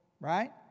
Right